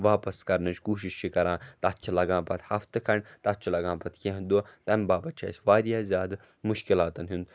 واپَس کَرنٕچ کوٗشِش چھِ کَران تَتھ چھِ لَگان پَتہٕ ہَفتہٕ کھَنٛڈ تَتھ چھُ لَگان پَتہٕ کینٛہہ دۄہ تَمہِ باپَتھ چھِ اَسہِ واریاہ زیادٕ مُشکِلاتَن ہُنٛد